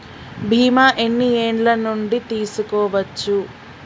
బీమా ఎన్ని ఏండ్ల నుండి తీసుకోవచ్చు?